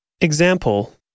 Example